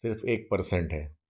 सिर्फ एक परसेन्ट है